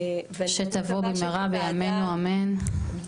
שתבוא במהרה בימינו אמן.